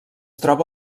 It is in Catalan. troba